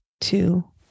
two